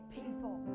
people